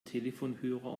telefonhörer